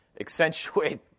accentuate